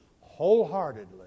wholeheartedly